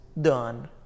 done